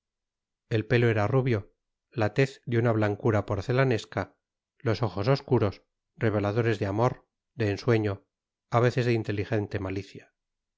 el pelo era rubio la tez de una blancura porcelanesca los ojos obscuros reveladores de amor de ensueño a veces de inteligente malicia